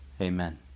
Amen